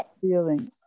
feeling